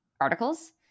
articles